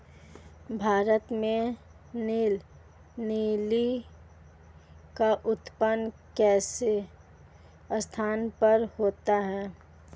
भारत में नीला लिली का उत्पादन किस स्थान पर होता है?